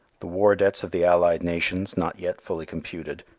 the war debts of the allied nations, not yet fully computed,